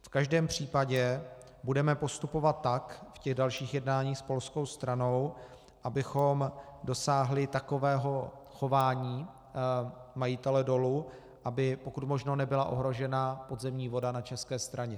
V každém případě budeme postupovat v těch dalších jednáních s polskou stranou tak, abychom dosáhli takového chování majitele dolu, aby pokud možno nebyla ohrožena podzemní voda na české straně.